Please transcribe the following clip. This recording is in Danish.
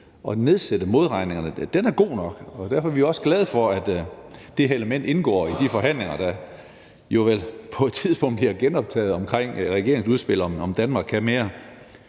og nedsætte modregningerne er god nok, og derfor er vi også glade for, at det her element indgår i de forhandlinger, der jo vel på et tidspunkt bliver genoptaget, omkring regeringens udspil »Danmark kan mere